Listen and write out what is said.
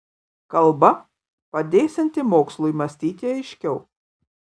kalba padėsianti mokslui mąstyti aiškiau